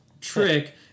trick